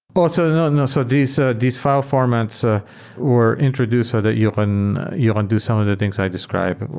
but so you know so these ah these fi le formats ah were introduced so that you can and do some of the things i described.